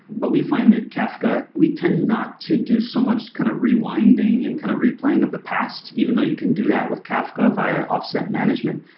but we find that kafka, we tend not to do so much kind of rewinding and kind of replaying of the past, even though you can do that with kafka via offset management.